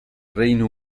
reino